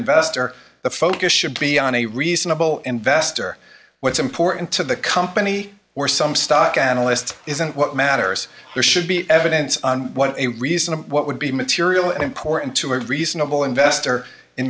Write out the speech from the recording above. investor the focus should be on a reasonable investor what's important to the company or some stock analysts isn't what matters there should be evidence on what a reason what would be material important to a reasonable